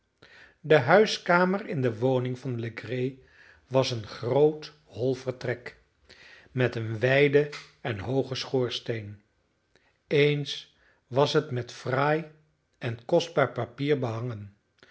de huiskamer in de woning van legree was een groot hol vertrek met een wijden en hoogen schoorsteen eens was het met fraai en kostbaar papier behangen